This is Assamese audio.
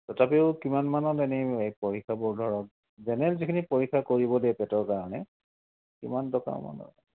তথাপিও কিমান মানত এনেই এই পৰীক্ষাবোৰ ধৰক জেনেৰেল যিখিনি পৰীক্ষা কৰিব দিয়ে পেটৰ কাৰণে কিমান টকা মানৰ